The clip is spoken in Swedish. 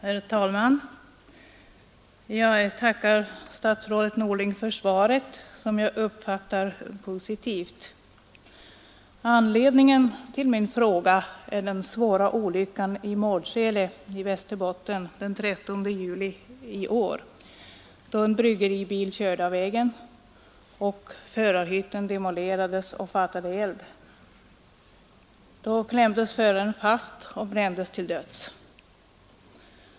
Herr talman! Jag tackar statsrådet Norling för svaret på min fråga, vilket jag uppfattar som positivt. Anledningen till min fråga är den svåra olyckan i Mårdsele i Västerbotten den 13 juli i år, då en bryggeribil körde av vägen, varvid förarhytten demolerades och fattade eld. Föraren klämdes fast och brändes till döds.